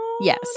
Yes